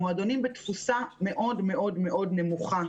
המועדונים בתפוסה מאוד נמוכה.